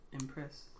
impress